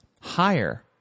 higher